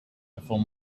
before